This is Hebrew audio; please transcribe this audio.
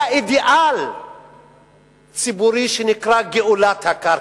היה אידיאל ציבורי שנקרא גאולת הקרקע,